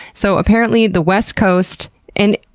so apparently, the west coast and,